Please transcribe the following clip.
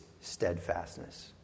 steadfastness